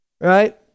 Right